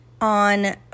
on